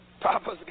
Papa's